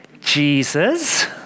Jesus